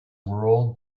rural